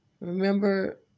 remember